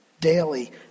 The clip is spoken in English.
daily